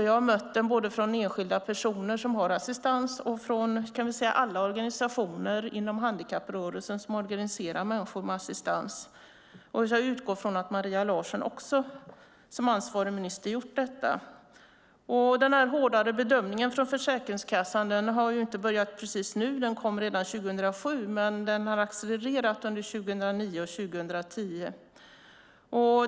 Jag har mött den både från enskilda personer som har assistans och från alla organisationer inom handikapprörelsen som organiserar människor med assistans. Jag utgår från att Maria Larsson som ansvarig minister också gjort detta. Den hårdare bedömningen från Försäkringskassan har inte börjat precis nu - den kom redan 2007 - men den har accelererat under 2009 och 2010.